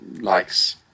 likes